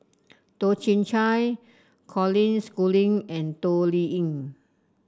Toh Chin Chye Colin Schooling and Toh Liying